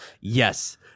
Yes